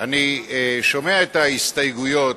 אני שומע את ההסתייגויות,